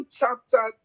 chapter